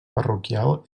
parroquial